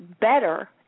better